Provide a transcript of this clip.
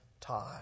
time